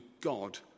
God